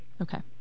Okay